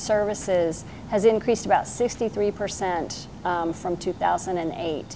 services has increased about sixty three percent from two thousand and eight